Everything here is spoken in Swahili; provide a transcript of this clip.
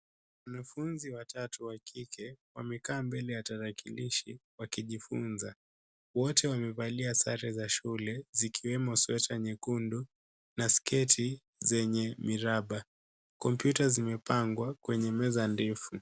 Wanafunzi watatu wa kike wamekaa mbele ya tarakilishi wakijifunza. Wote wamevalia sare za shule zikiwemo sweta nyekundu na sketi zenye miraba . Kompyuta zimepangwa kwenye meza ndefu.